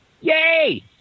Yay